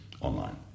online